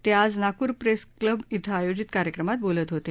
ते आज Nagpur press club इथं आयोजित कार्यक्रमात बोलत होते